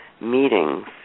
meetings